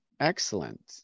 excellent